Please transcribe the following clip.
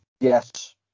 Yes